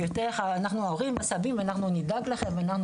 אנחנו הורים וסבים ואנחנו נדאג לכם.